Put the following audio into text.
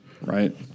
right